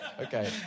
okay